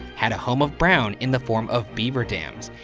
had a home of brown in the form of beaver dams,